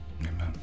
Amen